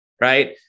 right